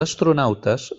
astronautes